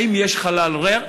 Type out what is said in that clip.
האם יש חלל ריק,